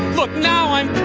look now i'm